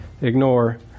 ignore